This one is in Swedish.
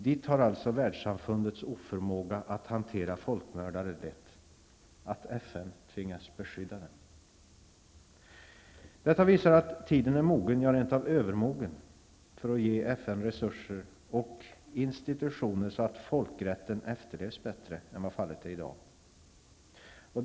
Dit har alltså världssamfundets oförmåga att hantera folkmördare lett -- FN tvingas beskydda dem! Detta visar att tiden är mogen, ja rent av övermogen, att ge FN resurser och institutioner så att folkrätten efterlevs bättre än vad som är fallet i dag.